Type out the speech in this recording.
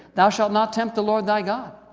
thou shalt not tempt the lord thy god